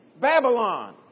Babylon